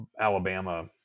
Alabama